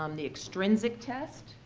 um the extrinsic test,